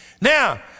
Now